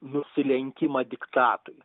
nusilenkimą diktatui